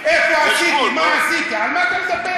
הייתי, איפה עשיתי, מה עשיתי, על מה אתה מדבר?